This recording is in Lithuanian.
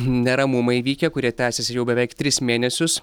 neramumai vykę kurie tęsiasi jau beveik tris mėnesius